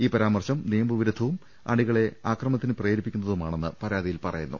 ഈ പരാമർശം നിയമവിരുദ്ധവും അണികളെ അക്രമത്തിന് പ്രേരി പ്പിക്കുന്നതുമാണെന്ന് പരാതിയിൽ പറയുന്നു